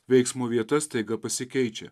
veiksmo vieta staiga pasikeičia